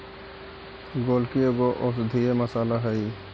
गोलकी एगो औषधीय मसाला हई